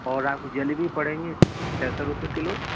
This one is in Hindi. और आपकी जलेबी पड़ेगी छः सौ रुपये किलो